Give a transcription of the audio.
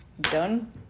Done